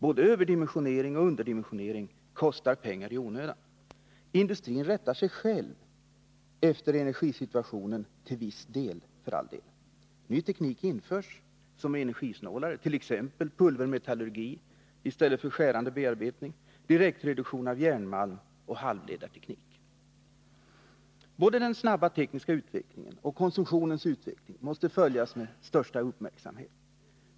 Både överdimensionering och underdimensionering kostar pengar i onödan. Industrin rättar sig själv till viss del efter energisituationen. Ny, energisnålare teknik införs, t.ex. pulvermetallurgi i stället för skärande bearbetning, direktreduktion av järnmalm och halvledarteknik. Både den snabba tekniska utvecklingen och konsumtionens utveckling måste följas med största uppmärksamhet.